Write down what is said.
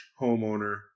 homeowner